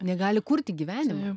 negali kurti gyvenimo